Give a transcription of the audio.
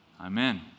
Amen